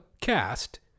cast